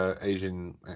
Asian